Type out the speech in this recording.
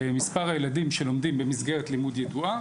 מספר הילדים שלומדים במסגרת לימוד ידועה,